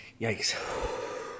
Yikes